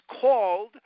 called